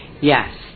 yes